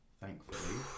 thankfully